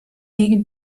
gegen